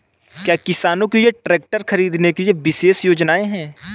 क्या किसानों के लिए ट्रैक्टर खरीदने के लिए विशेष योजनाएं हैं?